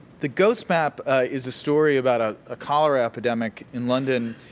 the ghost map is a story about ah a cholera epidemic in london,